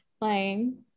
playing